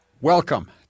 Welcome